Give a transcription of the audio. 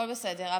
הכול בסדר.